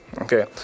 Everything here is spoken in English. okay